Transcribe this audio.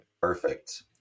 perfect